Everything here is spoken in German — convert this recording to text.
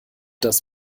das